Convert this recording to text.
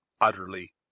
utterly